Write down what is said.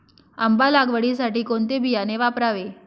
आंबा लागवडीसाठी कोणते बियाणे वापरावे?